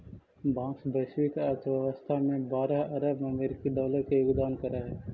बाँस वैश्विक अर्थव्यवस्था में बारह अरब अमेरिकी डॉलर के योगदान करऽ हइ